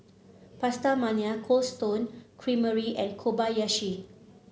PastaMania Cold Stone Creamery and Kobayashi